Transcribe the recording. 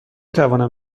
توانم